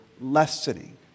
lessening